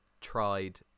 tried